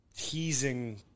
teasing